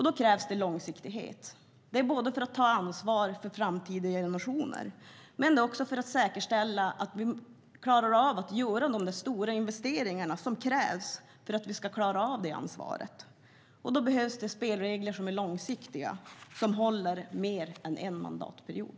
Då krävs det långsiktighet såväl för att ta ansvar för framtida generationer som för att säkerställa att vi kan göra de stora investeringar som krävs för att vi ska klara av det ansvaret. Därför behövs det spelregler som är långsiktiga, som håller mer än en mandatperiod.